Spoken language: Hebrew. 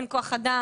אין כוח אדם,